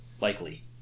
likely